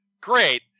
Great